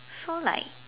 so like